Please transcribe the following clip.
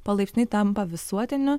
palaipsniui tampa visuotiniu